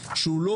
שלא